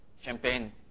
champagne